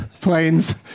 Planes